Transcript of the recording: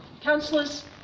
Councillors